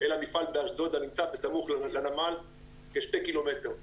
אל המפעל באשדוד, שנמצא כשני ק"מ מהנמל.